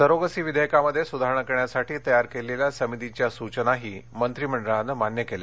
surrogacy विधेयकामध्ये सुधारणा करण्यासाठी तयार केलेल्या समितीच्या सूचनाही मंत्रीमंडळानं मान्य केल्या